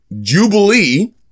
Jubilee